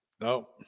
No